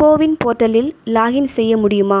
CoWIN போர்ட்டலில் login செய்ய முடியுமா